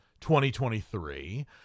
2023